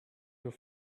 your